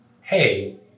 Hey